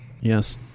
Yes